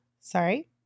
sorry